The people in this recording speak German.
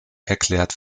erklärt